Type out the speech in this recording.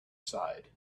side